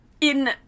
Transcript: in-